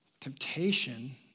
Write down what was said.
Temptation